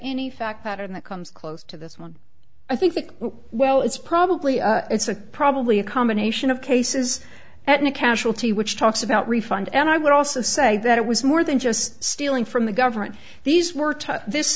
any fact pattern that comes close to this one i think well it's probably it's a probably a combination of cases at new casualty which talks about refund and i would also say that it was more than just stealing from the government these were tough this